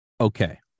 Okay